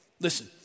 listen